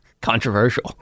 controversial